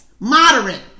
Moderate